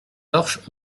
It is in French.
torches